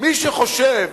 מי שחושב,